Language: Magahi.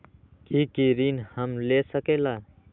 की की ऋण हम ले सकेला?